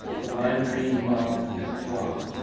the lime green mop is a flop.